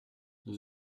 nous